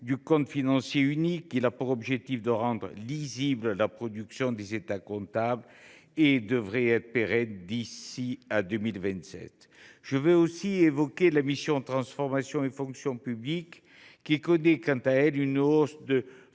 du compte financier unique ? Celui ci a pour objectif de rendre lisible la production des états comptables et devrait être pérenne d’ici à 2027. Je veux aussi évoquer la mission « Transformation et fonction publiques », qui connaît, quant à elle, une hausse de